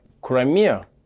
Crimea